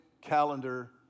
calendar